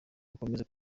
bakomeze